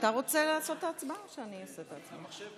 אתה רוצה לעשות את ההצבעה או שאני אעשה את ההצבעה?